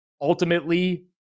ultimately